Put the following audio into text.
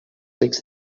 rics